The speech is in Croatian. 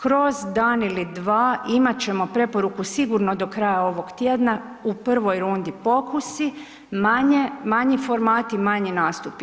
Kroz dan ili dva imat ćemo preporuku sigurno do kraja ovog tjedna u prvoj rundi pokusi manji formati, manji nastupi.